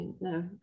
no